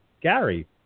Gary